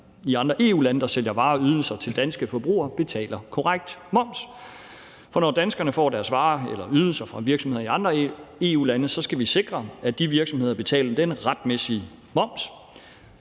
i andre EU-lande, der sælger varer og ydelser til danske forbrugere, betaler korrekt moms. For når danskerne får deres varer eller ydelser fra virksomheder i andre EU-lande, skal vi sikre, at de virksomheder betaler den retmæssige moms,